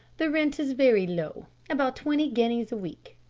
the rent is very low, about twenty guineas a week.